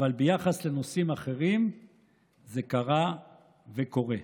אבל ביחס לנושאים אחרים זה קרה וקורה.